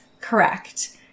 correct